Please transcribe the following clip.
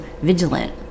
vigilant